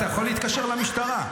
אתה יכול להתקשר למשטרה.